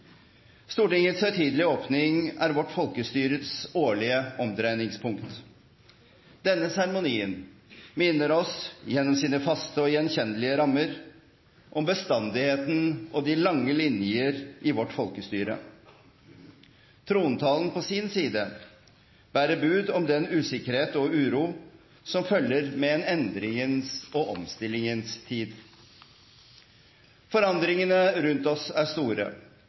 Stortingets høytidelige åpning er vårt folkestyres årlige omdreiningspunkt. Denne seremonien minner oss, gjennom sine faste og gjenkjennelige rammer, om bestandigheten og de lange linjer i vårt folkestyre. Trontalen på sin side bærer bud om den usikkerhet og uro som følger med en endringens og omstillingens tid. Forandringene rundt oss er store,